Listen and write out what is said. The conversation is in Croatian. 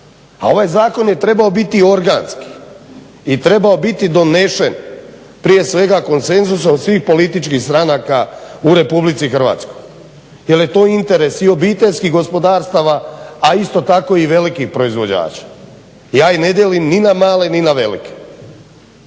a ovaj zakon je trebao biti organski i trebao biti donesen prije svega konsenzusom svih političkih stranaka u RH jer je to interes i obiteljskih gospodarstva a isto tako i velikih proizvođača. Ja ih ne dijelim ni na male ni na velike.